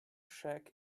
shack